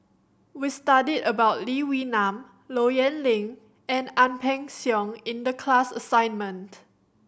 we studied about Lee Wee Nam Low Yen Ling and Ang Peng Siong in the class assignment